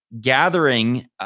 gathering